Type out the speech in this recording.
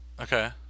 Okay